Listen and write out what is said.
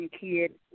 kid